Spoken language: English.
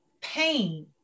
pain